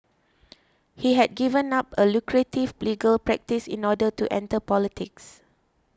he had given up a lucrative legal practice in order to enter politics